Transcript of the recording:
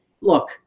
look